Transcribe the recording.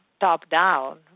top-down